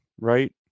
right